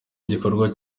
igikorwa